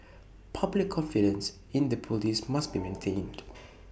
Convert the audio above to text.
public confidence in the Police must be maintained